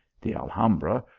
the alhambra,